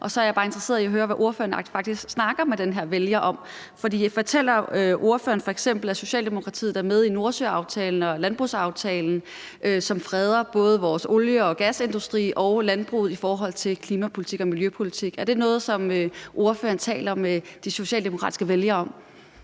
Så er jeg bare interesseret i at høre, hvad ordføreren rent faktisk snakker med den her vælger om. Fortæller ordføreren f.eks., at Socialdemokratiet er med i Nordsøaftalen og landbrugsaftalen, som freder både vores olie- og gasindustri og landbruget i forhold til klimapolitik og miljøpolitik? Er det noget, som ordføreren taler med de socialdemokratiske vælgere om?